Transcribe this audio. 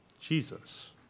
Jesus